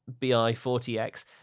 BI40X